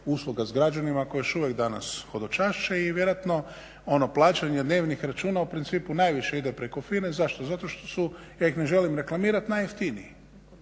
usluga s građanima koje još uvijek danas hodočašće i vjerojatno plaćanje dnevnih računa u principu najviše ide preko FINA-e. Zašto? zato što su ja ih ne želim reklamirati najjeftiniji